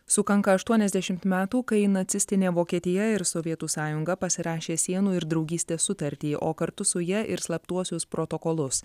sukanka aštuoniasdešimt metų kai nacistinė vokietija ir sovietų sąjunga pasirašė sienų ir draugystės sutartį o kartu su ja ir slaptuosius protokolus